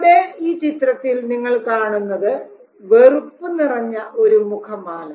ഇവിടെ ഈ ചിത്രത്തിൽ നിങ്ങൾ കാണുന്നത് വെറുപ്പ് നിറഞ്ഞ ഒരു മുഖമാണ്